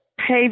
Hey